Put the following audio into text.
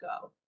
go